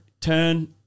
turn